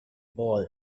boy